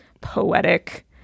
poetic